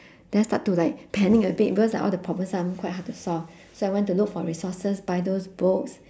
then I start to like panic a bit because like all the problem sum quite hard to solve so I went to look for resources buy those books